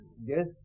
Yes